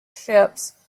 ships